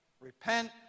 Repent